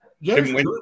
Yes